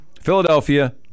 Philadelphia